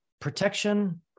protection